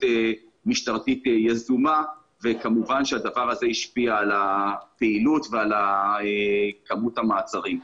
משטרתית יזומה וכמובן שהדבר הזה השפיע על הפעילות ועל כמות המעצרים.